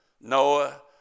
Noah